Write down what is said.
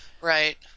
Right